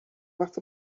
fath